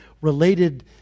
related